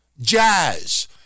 Jazz